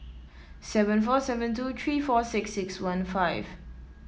seven four seven two three four six six one five